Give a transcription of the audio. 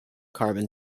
carbon